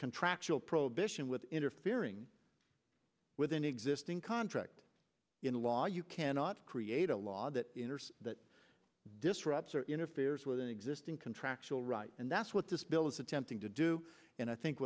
contractual prohibition with interfering with an existing contract in law you cannot create a law that enters that disrupts or interferes with an existing contractual right and that's what this bill is attempting to do and i think